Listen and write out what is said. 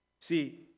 See